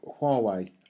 Huawei